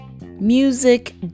music